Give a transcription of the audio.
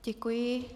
Děkuji.